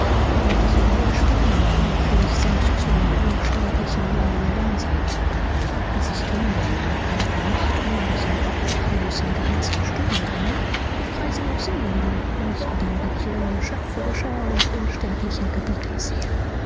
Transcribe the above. ewig über ihr schweben und unfähig sind zu einem unsterblichen sonnigen dasein wie sich hunde in einer kalten nacht hungrig und obdachlos in geheizte stuben drängen so kreisen auch sie in den leuchtenden regionen schöpferischer und unsterblicher gebieterseelen